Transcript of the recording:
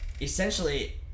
essentially